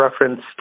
reference